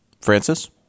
Francis